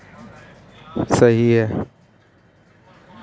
अगले चुनाव में मुझे लगता है भुखमरी के आंकड़े वोट काट पाएंगे